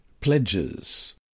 PLEDGES